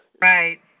Right